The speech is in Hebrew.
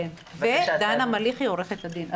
ודנה מליחי עורכת הדין.